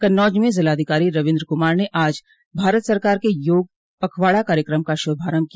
कन्नौज में जिलाधिकारी रवीन्द्र क्मार ने आज भारक सरकार के योग पखवाड़ा कार्यक्रम का शुभारम्भ किया